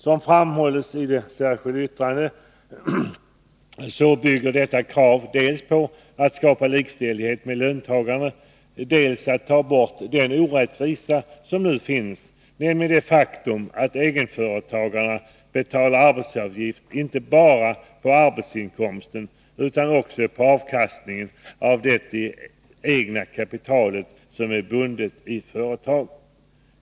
Som framhålls i det särskilda yttrandet syftar detta krav dels på att skapa likställdhet med löntagarna, dels på att ta bort den orättvisa som nu finns, mot bakgrund av det faktum att egenföretagarna betalar arbetsgivaravgift inte bara på arbetsinkomsten utan också på avkastningen av det egna kapitalet som är bundet i företaget.